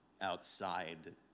outside